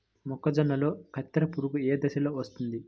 మొక్కజొన్నలో కత్తెర పురుగు ఏ దశలో వస్తుంది?